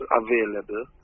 available